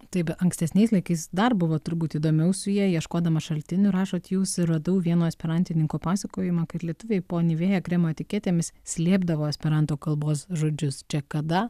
taip bet ankstesniais laikais dar buvo turbūt įdomiau su ja ieškodama šaltinių rašot jūs ir radau vieno esperantininko pasakojimą kad lietuviai po nivea kremo etiketėmis slėpdavo esperanto kalbos žodžius čia kada